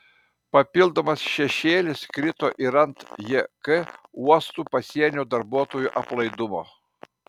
papildomas šešėlis krito ir ant jk uostų pasienio darbuotojų aplaidumo